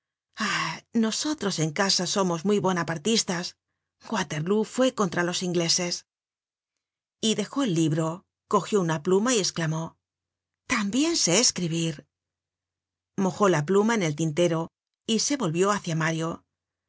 nosotros en casa somos muy bonapartistas waterlóo fue contra los ingleses y dejó el libro cogió una pluma y esclamó tambien sé escribir mojó la pluma en el tintero y se volvió hácia mario